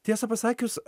tiesą pasakius